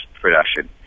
production